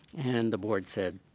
and the board said,